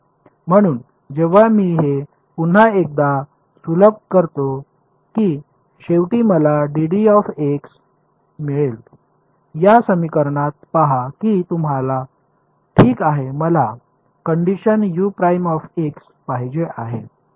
म्हणून जेव्हा मी हे पुन्हा एकदा सुलभ करते की शेवटी मला मिळेल या समीकरणात पहा की तुम्हाला ठीक आहे मला कंडिशन पाहिजे आहे